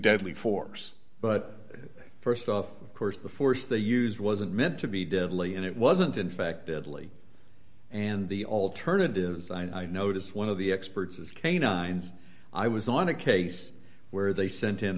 deadly force but st of course the force they use wasn't meant to be deadly and it wasn't in fact adly and the alternatives i noticed one of the experts is canines i was on a case where they sent in